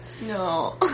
No